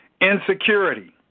insecurity